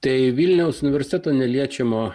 tai vilniaus universiteto neliečiamo